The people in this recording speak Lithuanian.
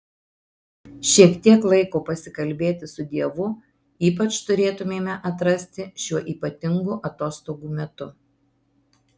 šiek tiek laiko pasikalbėti su dievu ypač turėtumėme atrasti šiuo ypatingu atostogų metu